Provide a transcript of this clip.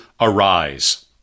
arise